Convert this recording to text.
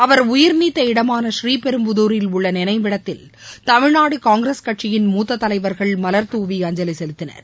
அவர் உயிர்நீத்த இடமான ஸ்ரீபெரும்புதூரில் உள்ள நினைவிடத்தில் தமிழ்நாடு காங்கிரஸ் கட்சியின மூத்த தலைவர்கள் மலர்தூவி அஞ்சலி செலுத்தினர்